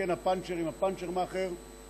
ומתקן הפנצ'רים, הפנצ'ר מאכער,